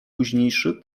późniejszy